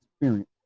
experience